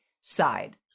side